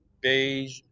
beige